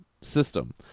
system